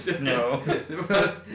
No